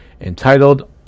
entitled